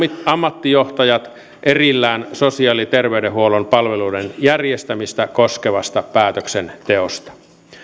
ammattijohtajat erillään sosiaali ja terveydenhuollon palveluiden järjestämistä koskevasta päätöksenteosta